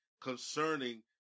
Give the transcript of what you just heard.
concerning